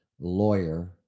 lawyer